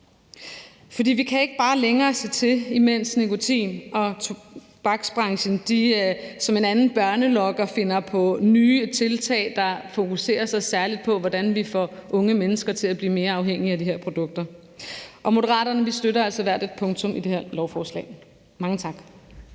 For vi kan ikke bare længere se til, imens nikotin- og tobaksbranchen som en anden børnelokker finder på nye tiltag, der fokuserer særlig på, hvordan vi får unge mennesker til at blive mere afhængige af de her produkter. Moderaterne støtter hvert et punktum i det her forslag. Mange tak.